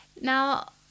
Now